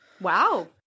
Wow